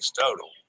total